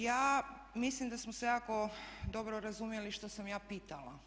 Ja mislim da smo se jako dobro razumjeli šta sam ja pitala.